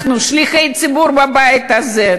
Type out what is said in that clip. אנחנו שליחי ציבור בבית הזה,